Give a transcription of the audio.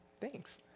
Thanks